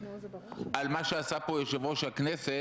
זה מה שרשום כאן.